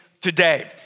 today